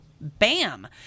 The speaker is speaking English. Bam